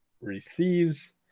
receives